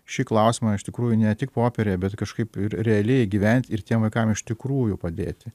šį klausimą iš tikrųjų ne tik popieriuje bet kažkaip ir realiai įgyvent ir tiem vaikam iš tikrųjų padėti